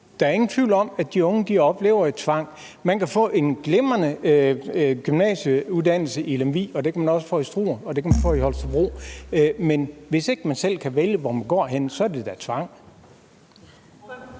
Der er ingen tvivl om, at de unge oplever tvang. Man kan få en glimrende gymnasieuddannelse i Lemvig, og det kan man også få i Struer og i Holstebro, men hvis ikke man selv kan vælge, hvor man går henne, er det da tvang.